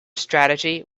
strategy